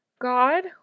God